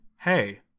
hey